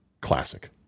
classic